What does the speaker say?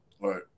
Right